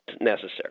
necessary